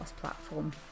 platform